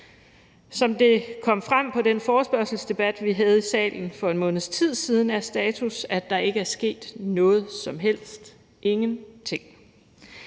Som det kom frem under den forespørgselsdebat, vi havde i salen for en måneds tid siden, er status, at der ikke er sket noget som helst – ingenting.